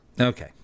Okay